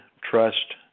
trust